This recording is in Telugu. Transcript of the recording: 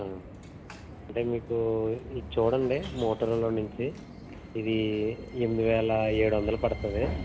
అంటే మీకు ఇది చూడండి మోటోరోలా నుంచి ఇది ఎనిమిది వేల ఏడొందలు పడుతుంది